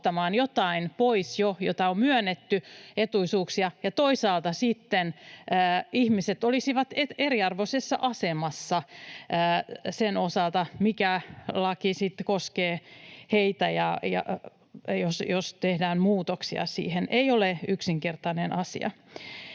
ottamaan pois jotain, jota on jo myönnetty, etuisuuksia — ja toisaalta ihmiset sitten olisivat eriarvoisessa asemassa sen osalta, mikä laki sitten koskee heitä, jos siihen tehdään muutoksia — ei ole yksinkertainen asia.